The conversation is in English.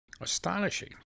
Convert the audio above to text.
astonishing